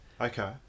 Okay